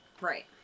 Right